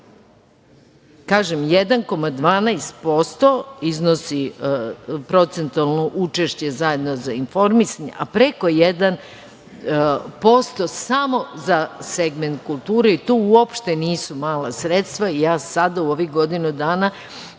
1,12% iznosi procentualno učešće zajedno za informisanje, a preko 1% samo za segment kulture i to uopšte nisu mala sredstva. Ja sada, u ovih godinu dana,